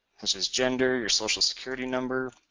as as gender, your social security number,